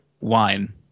wine